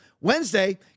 Wednesday